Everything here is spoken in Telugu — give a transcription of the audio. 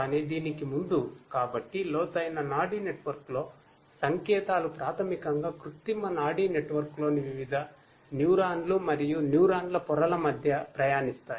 కానీ దీనికి ముందు కాబట్టి లోతైన నాడీ నెట్వర్క్లో సంకేతాలు ప్రాథమికంగా కృత్రిమ నాడీ నెట్వర్క్లోని వివిధ న్యూరాన్లు మరియు న్యూరాన్ల పొరల మధ్య ప్రయాణిస్తాయి